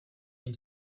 ním